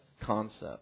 concept